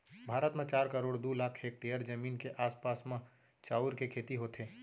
भारत म चार करोड़ दू लाख हेक्टेयर जमीन के आसपास म चाँउर के खेती होथे